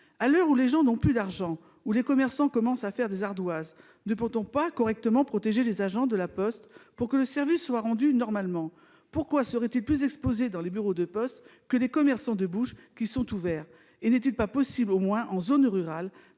À l'heure où les gens n'ont plus d'argent, où les commerçants commencent à consentir des ardoises, ne peut-on correctement protéger les agents de La Poste afin que le service soit rendu normalement ? Pourquoi seraient-ils plus exposés dans les bureaux que les commerçants de bouche, qui sont ouverts ? N'est-il pas possible, au moins en zone rurale,